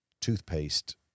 toothpaste